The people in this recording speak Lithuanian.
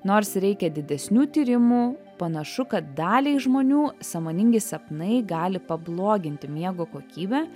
nors reikia didesnių tyrimų panašu kad daliai žmonių sąmoningi sapnai gali pabloginti miego kokybę